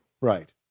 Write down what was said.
right